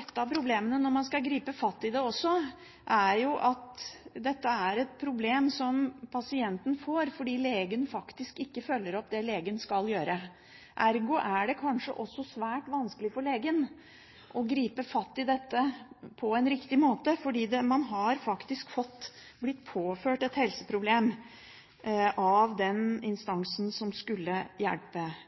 Ett av problemene når man skal gripe fatt i dette, er at dette er et problem som pasienten får fordi legen faktisk ikke følger opp det legen skal følge opp. Ergo er det kanskje også svært vanskelig for legen å gripe fatt i det på en riktig måte. Man er blitt påført et helseproblem av den instansen som skulle hjelpe